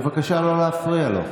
בבקשה לא להפריע לו.